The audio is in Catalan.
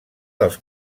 dels